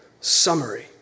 summary